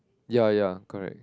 ya ya correct